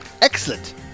Excellent